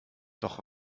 doch